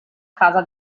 casa